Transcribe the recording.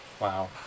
Wow